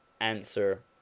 Answer